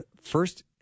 first